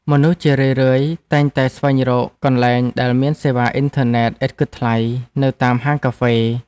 មនុស្សជារឿយៗតែងតែស្វែងរកកន្លែងដែលមានសេវាអ៊ីនធឺណិតឥតគិតថ្លៃ នៅតាមហាងកាហ្វេ។